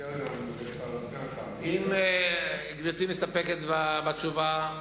אם גברתי מסתפקת בתשובה,